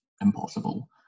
impossible